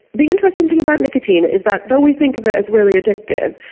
the interesting thing about nicotine is that though we think of it as really addictive,